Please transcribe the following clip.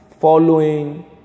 following